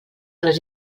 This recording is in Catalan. les